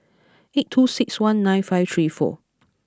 eight two six one nine five three four